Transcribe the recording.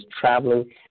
traveling